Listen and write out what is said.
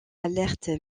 alerte